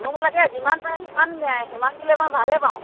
মোক লাগে যিমান পাৰে সিমান সিমান দিলে মই ভালেই পাওঁ